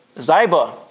Ziba